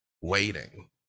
waiting